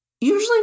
usually